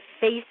face